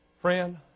Friend